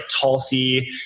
Tulsi